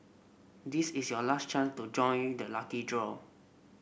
this is your last chance to join the lucky draw